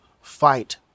fight